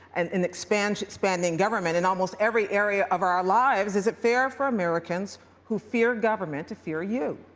and an expanding expanding government in almost every area of our lives, is it fair for americans who fear government to fear you?